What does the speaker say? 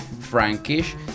Frankish